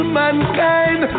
mankind